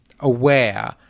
aware